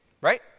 right